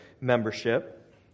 membership